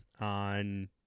on